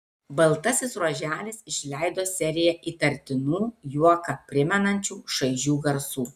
baltasis ruoželis išleido seriją įtartinų juoką primenančių šaižių garsų